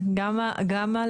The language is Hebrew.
גם על